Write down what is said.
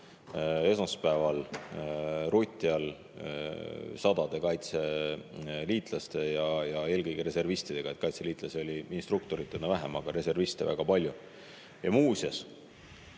esmaspäeval Rutjal sadade kaitseliitlaste ja eelkõige reservistidega. Kaitseliitlasi oli instruktoritena vähem, aga reserviste väga palju. Muuseas,